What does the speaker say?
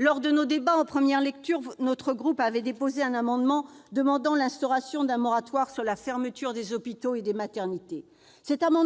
Lors de l'examen du texte en première lecture, notre groupe avait déposé un amendement visant à l'instauration d'un moratoire sur la fermeture des hôpitaux et des maternités.